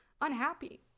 unhappy